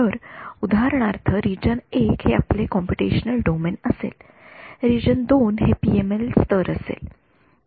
तर उदाहरणार्थ रिजन १ हे आपले कॉम्पुटेशनल डोमेन असेल रिजन २ हे पीएमएल स्तर असेल